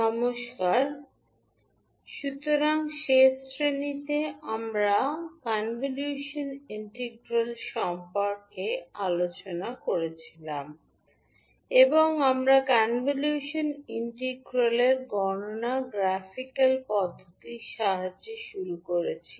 নমস্কার সুতরাং শেষ শ্রেণিতে আমরা কনভলিউশন ইন্টিগ্রাল সম্পর্কে আলোচনা করছিলাম এবং আমরা কনভলিউশন ইন্টিগ্রালের গণনা গ্রাফিকাল পদ্ধতির সাহায্যে শুরু করেছি